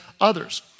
others